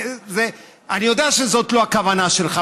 אני יודע שזאת לא הכוונה שלך,